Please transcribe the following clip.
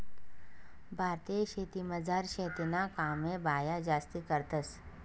भारतीय शेतीमझार शेतीना कामे बाया जास्ती करतंस